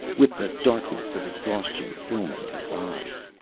with the darkness of exhaustion filming his eyes.